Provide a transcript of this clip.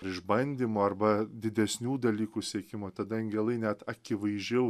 išbandymo arba didesnių dalykų siekimo tada angelai net akivaizdžiau